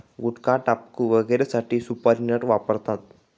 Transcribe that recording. गुटखाटाबकू वगैरेसाठी सुपारी नट वापरतात